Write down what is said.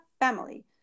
family